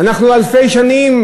אנחנו אלפי שנים,